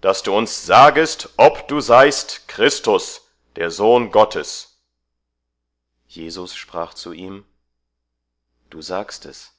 daß du uns sagest ob du seist christus der sohn gottes jesus sprach zu ihm du sagst es